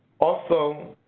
also,